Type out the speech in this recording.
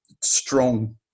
strong